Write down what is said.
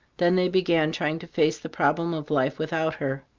then they began trying to face the problem of life without her.